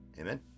Amen